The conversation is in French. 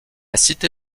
cité